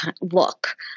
look